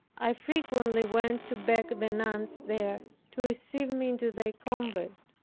i frequently went to beg the nuns there to receive me into their convent.